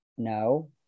No